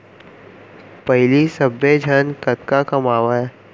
पहिली सब्बे झन कतका कमावयँ